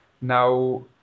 Now